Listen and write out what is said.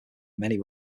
many